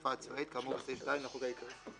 התעופה הצבאית כאמור בסעיף 2 לחוק העיקרי.